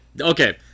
Okay